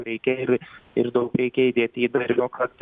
reikia ir ir daug reikia įdėti įdarbio kad